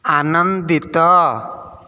ଆନନ୍ଦିତ